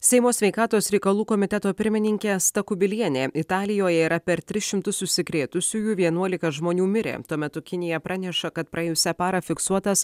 seimo sveikatos reikalų komiteto pirmininkė asta kubilienė italijoje yra per tris šimtus užsikrėtusiųjų vienuolika žmonių mirė tuo metu kinija praneša kad praėjusią parą fiksuotas